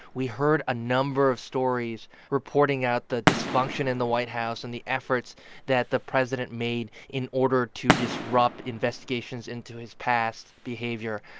we heard a number of stories reporting out the dysfunction in the white house and the efforts that the president made in order to disrupt investigations into his past behavior.